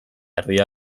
erdia